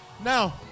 Now